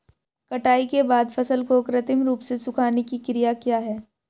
कटाई के बाद फसल को कृत्रिम रूप से सुखाने की क्रिया क्या है?